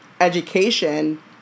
education